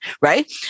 right